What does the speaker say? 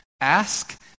Ask